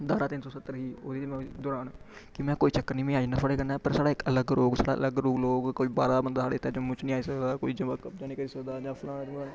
धारा तिन्न सौ सत्तर गी ओह्दी ते में दरान कि में कोई चक्कर निं में आई ना थुआढ़े कन्नै साढ़ा पर साढ़ा इक अलग रौह्ग साढ़ा अलग रौह्ग लोक कोई बाह्रा बंदा साढ़े इ'त्थें जम्मू च निं आई सकदा कोई जमीन कब्जा निं करी सकदा